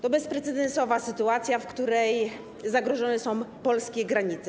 To bezprecedensowa sytuacja, w której zagrożone są polskie granice.